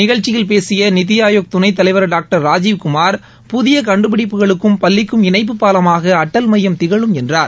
நிகழ்ச்சியில் பேசிய நித்தி ஆயோக் துணைத் தலைவர் டாக்டர் ராஜீவ்குமார் புதிய கண்டுபிடிப்புகளுக்கும் பள்ளிக்கும் இணைப்பு பாலமாக அட்டல் மையம் திகழும் என்றார்